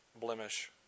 blemish